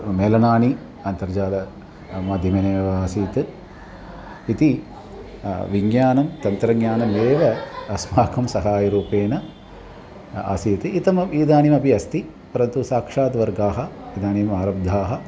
मेलनानि अन्तर्जालमाध्यमेनैव आसीत् इति विज्ञानं तन्त्रज्ञानमेव अस्माकं सहायरूपेण अ आसीत् इत्थम् इदानीमपि अस्ति परन्तु साक्षात् वर्गाः इदानीम् आरब्धाः